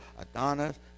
Adonis